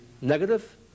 negative